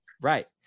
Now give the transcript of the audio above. right